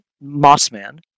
Mossman